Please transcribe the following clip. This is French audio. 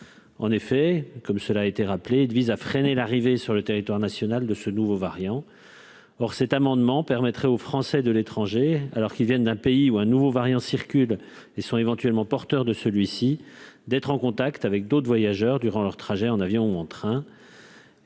en effet, comme cela a été rappelé, vise à freiner l'arrivée sur le territoire national de ce nouveau variant, or cet amendement permettrait aux Français de l'étranger alors qu'ils viennent d'un pays ou un nouveau variant circulent et sont éventuellement porteurs de celui-ci d'être en contact avec d'autres voyageurs durant leur trajet en avion en train.